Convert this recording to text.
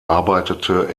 arbeitete